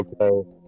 Okay